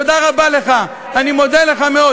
תודה רבה לך, אני מודה לך מאוד.